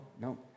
no